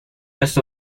las